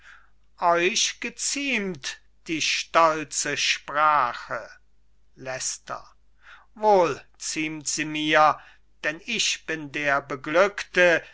euch geziemt die stolze sprache leicester wohl ziemt sie mir denn ich bin der beglückte